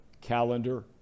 calendar